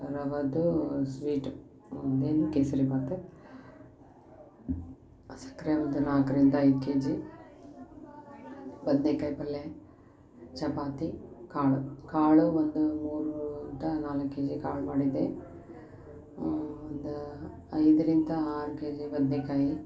ರವದೂ sweet ಅಂದ್ರ ಏನು ಕೇಸರಿಬಾತು ಸಕ್ಕರೆ ಒಂದು ನಾಲ್ಕರಿಂದ ಐದು ಕೆಜಿ ಬದನೇಕಾಯಿ ಪಲ್ಯ ಚಪಾತಿ ಕಾಳ ಕಾಳ ಒಂದು ಮೂರು ಮೂರಿಂದ ನಾಲ್ಕು ಕೆಜಿ ಕಾಳು ಮಾಡಿದ್ದೆ ಒಂದು ಐದರಿಂದ ಆರು ಕೆಜಿ ಬದನೇಕಾಯಿ